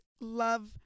love